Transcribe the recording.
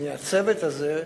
בצוות הזה,